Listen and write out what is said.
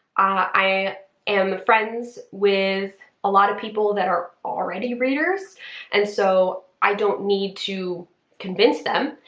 i am friends with a lot of people that are already readers and so i don't need to convince them.